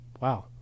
Wow